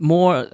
More